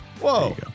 Whoa